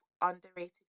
underrated